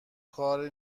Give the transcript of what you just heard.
کار